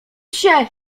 się